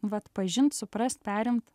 nu vat pažint suprast perimt